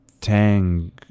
Tang